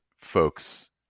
folks